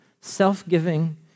self-giving